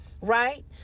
right